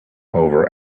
over